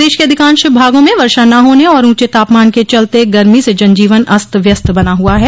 प्रदेश के अधिकांश भागों में वर्षा न होने और ऊँचे तापमान के चलते गर्मी से जन जीवन अस्त व्यस्त बना हुआ है